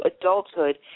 adulthood